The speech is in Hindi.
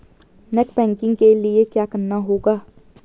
नेट बैंकिंग के लिए क्या करना होगा?